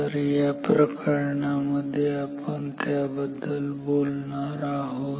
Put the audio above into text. तर या प्रकरणामध्ये आपण त्याबद्दल बोलणार आहोत